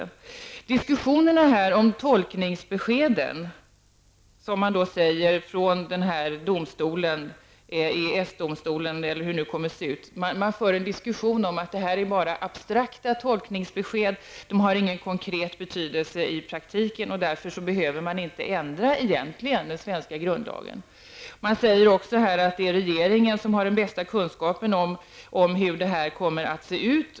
Det förs diskussioner om att tolkningsbeskeden av EES-domstolen bara är abstrakta tolkningsbesked, som inte har någon konkret betydelse i praktiken och att man därför egentligen inte behöver ändra den svenska grundlagen. Man säger också att det är regeringen som har den bästa kunskapen om hur detta kommer att se ut.